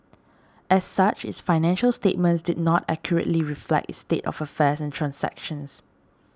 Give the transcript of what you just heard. as such its financial statements did not accurately reflect its state of affairs and transactions